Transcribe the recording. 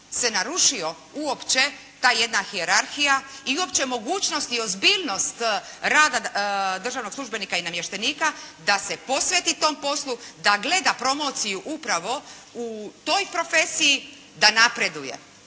se narušio uopće ta jedna hijerarhija i uopće mogućnost i ozbiljnost rada državnog službenika i namještenika da se posveti tom poslu, da gleda promociju upravo u toj profesiji da napreduje